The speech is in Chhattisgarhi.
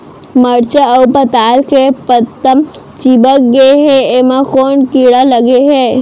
मरचा अऊ पताल के पत्ता चिपक गे हे, एमा कोन कीड़ा लगे है?